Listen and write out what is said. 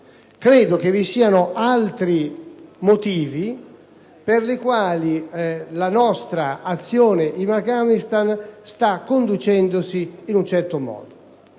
Vi sono altri motivi per i quali la nostra azione in Afghanistan si sta conducendo in un certo modo.